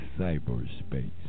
cyberspace